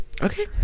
Okay